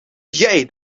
jij